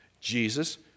Jesus